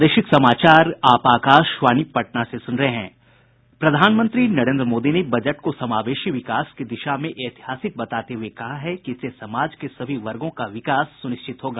प्रधानमंत्री नरेन्द्र मोदी ने बजट को समावेशी विकास की दिशा में ऐतिहासिक बताते हुए कहा है कि इससे समाज के सभी वर्गों का विकास सुनिश्चित होगा